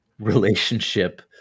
relationship